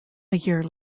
year